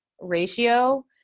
ratio